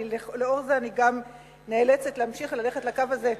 ולאור זה אני גם נאלצת להמשיך וללכת לקו הזה,